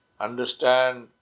understand